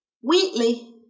Wheatley